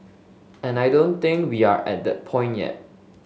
and I don't think we are at that point yet